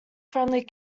friendly